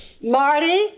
Marty